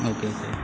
okay okay